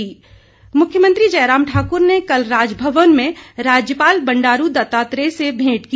भेंट मुख्यमंत्री जयराम ठाकुर ने कल राजभवन में राज्यपाल बंडारू दत्तात्रेय से भेंट की